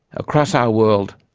across our world,